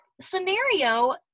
scenario